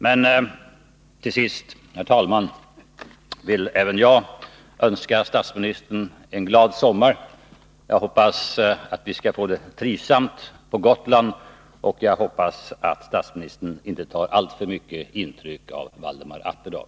Men, herr talman, till sist vill även jag önska statsministern en glad sommar. Jag hoppas att vi skall få det trivsamt på Gotland, och jag hoppas att statministern inte tar alltför mycket intryck av Valdemar Atterdag.